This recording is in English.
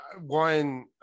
one